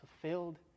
fulfilled